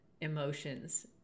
emotions